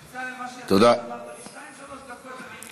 בצלאל, מה שאמרת, בשתיים-שלוש דקות, תודה.